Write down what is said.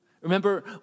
Remember